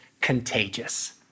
contagious